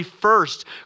first